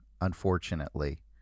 unfortunately